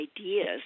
ideas